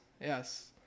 Yes